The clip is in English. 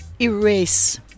erase